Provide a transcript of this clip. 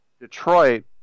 Detroit